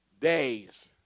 days